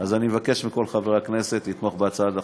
אז אני מבקש מכל חברי הכנסת לתמוך בהצעת החוק.